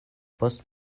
post